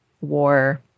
war